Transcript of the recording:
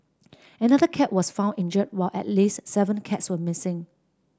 another cat was found injured while at least seven cats are missing